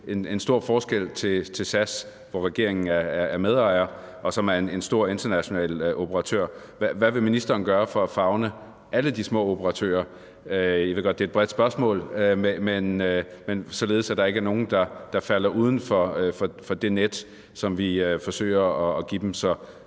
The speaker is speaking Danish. en stor forskel i forhold til SAS, som regeringen er medejer af, og som er en stor international operatør. Hvad vil ministeren gøre for at favne alle de små operatører – jeg ved godt, at det er et bredt spørgsmål – således, at der ikke er nogen, der falder uden for det net, som vi forsøger at give dem,